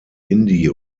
indie